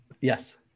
Yes